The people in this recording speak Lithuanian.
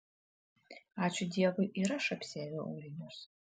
ačiū dievui ir aš apsiaviau aulinius